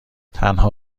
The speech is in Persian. تنها